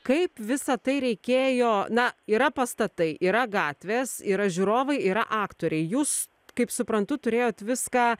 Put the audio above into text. kaip visa tai reikėjo na yra pastatai yra gatvės yra žiūrovai yra aktoriai jūs kaip suprantu turėjot viską